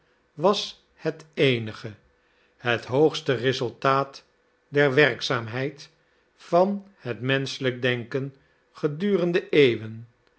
was liet eenige het hoogste resultaat der werkzaamheid van het menschelijk denken gedurende eeuwen